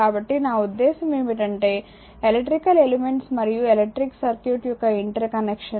కాబట్టి నా ఉద్దేశ్యం ఏమిటంటే ఎలక్ట్రికల్ ఎలిమెంట్స్ మరియు ఎలక్ట్రిక్ సర్క్యూట్ యొక్క ఇంటర్ కనెక్షన్